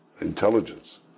intelligence